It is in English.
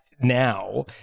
now